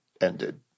ended